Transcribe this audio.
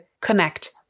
connect